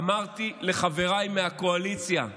אמרתי לחבריי מהקואליציה: